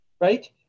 Right